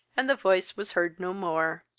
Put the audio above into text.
and the voice was heard no more.